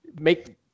make